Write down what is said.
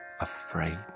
afraid